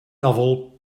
novel